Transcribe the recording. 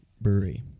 Brewery